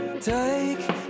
Take